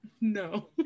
No